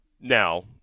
Now –